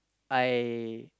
I